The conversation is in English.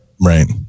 right